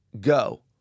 go